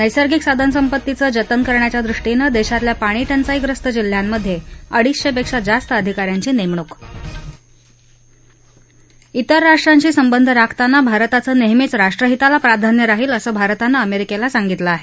नस्त्र्गिक साधनसंपत्तीचं जतन करण्याच्या दृष्टीनं देशातल्या पाणीबाई ग्रस्त जिल्ह्यांमधे अडीचशेपेक्षा जास्त अधिका यांची नेमणूक तेर राष्ट्रांशी संबंध राखताना भारताचं नेहमीच राष्ट्रहिताला प्राधान्य राहील असं भारतानं अमेरिकेला सांगितलं आहे